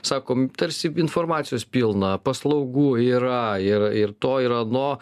sakom tarsi informacijos pilna paslaugų yra ir ir to ir ano